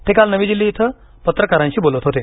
ते काल नवी दिल्ली इथं पत्रकारांशी बोलत होते